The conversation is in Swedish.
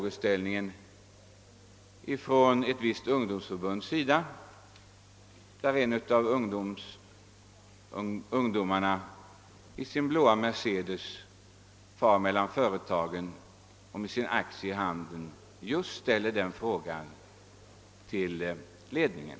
En av ungdomarna i ett visst ungdomsförbund far i sin blå Mercedes och med sin aktie i handen mellan företagen och ställer just den frågan till företagsledningen.